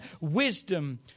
wisdom